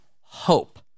hope